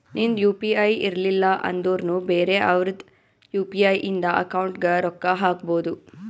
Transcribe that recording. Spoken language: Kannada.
ನಿಂದ್ ಯು ಪಿ ಐ ಇರ್ಲಿಲ್ಲ ಅಂದುರ್ನು ಬೇರೆ ಅವ್ರದ್ ಯು.ಪಿ.ಐ ಇಂದ ಅಕೌಂಟ್ಗ್ ರೊಕ್ಕಾ ಹಾಕ್ಬೋದು